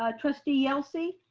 ah trustee yelsey.